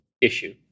issue